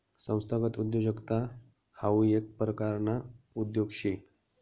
संस्थागत उद्योजकता हाऊ येक परकारना उद्योग शे